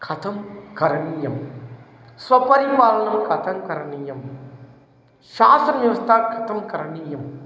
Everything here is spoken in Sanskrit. कथं करणीया स्वपरिपालनं कथं करणीयं शासनव्यवस्था कथं करणीया